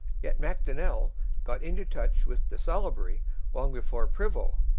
yet macdonell got into touch with de salaberry long before prevost,